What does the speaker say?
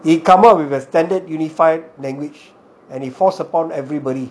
he come up with a standard unified language and he forced upon everybody